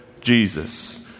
Jesus